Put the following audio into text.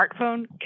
smartphone